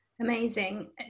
Amazing